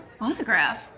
Autograph